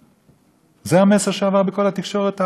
זה המסר שעבר בכל התקשורת הערבית והעולמית.